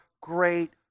great